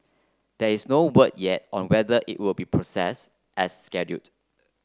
there is no word yet on whether it will be proceed as scheduled